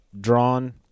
drawn